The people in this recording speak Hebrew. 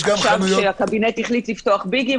עכשיו כשהקבינט החליט לפתוח ביגים,